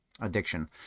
addiction